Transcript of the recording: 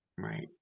Right